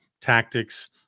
tactics